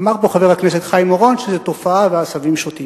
אמר פה חבר הכנסת חיים אורון שזו תופעה ועשבים שוטים.